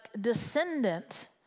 descendant